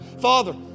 Father